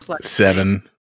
Seven